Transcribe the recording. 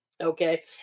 Okay